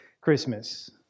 Christmas